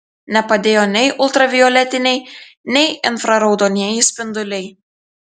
nepadėjo nei ultravioletiniai nei infraraudonieji spinduliai